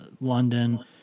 London